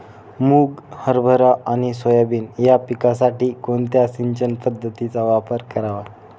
मुग, हरभरा आणि सोयाबीन या पिकासाठी कोणत्या सिंचन पद्धतीचा वापर करावा?